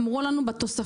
אמרו לנו בתוספתי,